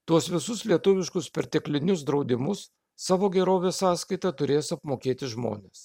tuos visus lietuviškus perteklinius draudimus savo gerovės sąskaita turės apmokėti žmonės